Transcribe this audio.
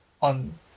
on